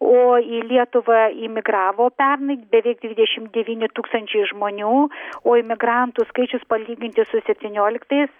o į lietuvą imigravo pernai beveik dvidešim devyni tūkstančiai žmonių o imigrantų skaičius palyginti su septynioliktais